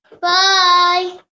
Bye